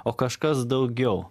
o kažkas daugiau